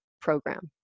program